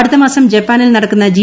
അടുത്തമാസം ജപ്പാനിൽ നടക്കുന്ന ജി